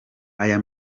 aya